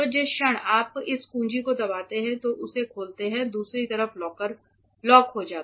तो जिस क्षण आप इस कुंजी को दबाते हैं और उसे खोलते हैं दूसरी तरफ लॉक हो जाता है